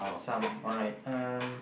some alright um